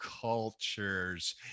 cultures